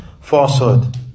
falsehood